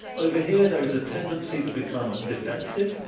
over here, there is a tendency to become defensive,